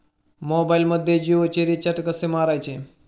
मोबाइलमध्ये जियोचे रिचार्ज कसे मारायचे?